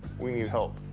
we need help.